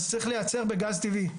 אז צריך לייצר בגז טבעי.